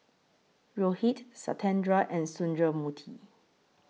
Rohit Satyendra and Sundramoorthy